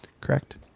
Correct